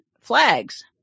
flags